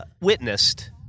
witnessed